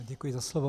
Děkuji za slovo.